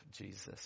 Jesus